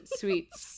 sweets